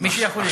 מי שיכולים.